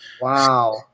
Wow